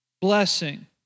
blessing